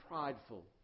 prideful